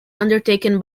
undertaken